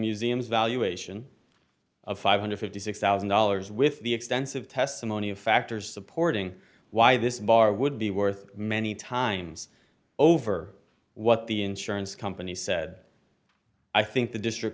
museum's valuation of five hundred and fifty six thousand dollars with the extensive testimony of factors supporting why this bar would be worth many times over what the insurance company said i think the district